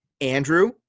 Andrew